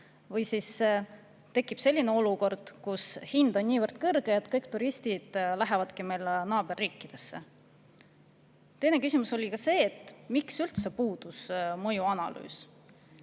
või siis tekib selline olukord, kus hind on niivõrd kõrge, et kõik turistid lähevad meie naaberriikidesse? Teine küsimus oli see, et miks üldse puudus mõjuanalüüs.